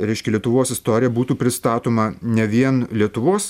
reiškia lietuvos istorija būtų pristatoma ne vien lietuvos